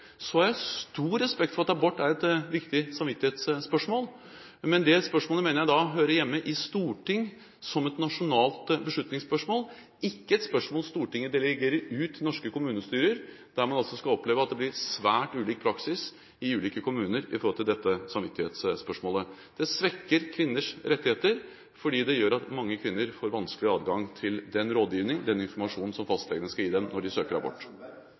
har stor respekt for at abort er et viktig samvittighetsspørsmål, men det spørsmålet mener jeg hører hjemme i Stortinget, som et nasjonalt beslutningsspørsmål, ikke et spørsmål som Stortinget kan delegere ut til norske kommunestyrer, der man altså skal oppleve at det blir svært ulik praksis i ulike kommuner når det gjelder dette samvittighetsspørsmålet. Det svekkers kvinners rettigheter, fordi det gjør at mange kvinner får vanskeligere adgang til den rådgivning, den informasjon, som fastlegene skal gi dem som søker abort.